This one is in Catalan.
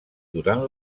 durant